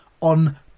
on